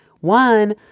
One